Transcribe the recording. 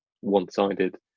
one-sided